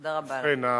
תודה רבה לך.